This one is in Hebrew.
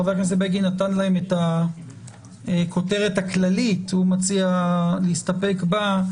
חבר הכנסת בגין נתן להם את הכותרת הכללית שהוא מציע להסתפק בה,